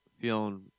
feeling